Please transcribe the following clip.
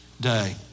day